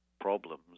problems